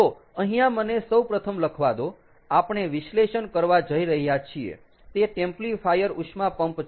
તો અહીંયા મને સૌપ્રથમ લખવા દો આપણે વિશ્લેષણ કરવા જઈ રહ્યા છીએ તે ટેમ્પ્લીફાયર ઉષ્મા પંપ છે